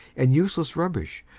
and useless rubbish,